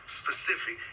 specific